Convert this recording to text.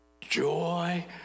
joy